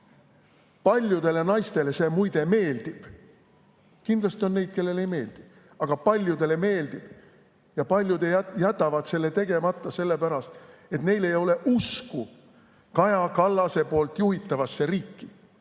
Paljudele naistele see muide meeldib. Kindlasti on neid, kellele ei meeldi, aga paljudele meeldib. Ja paljud jätavad selle tegemata, sellepärast et neil ei ole usku Kaja Kallase juhitavasse riiki.